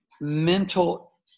mental